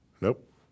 Nope